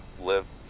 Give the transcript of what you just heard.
Live